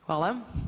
Hvala.